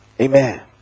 Amen